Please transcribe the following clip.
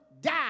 die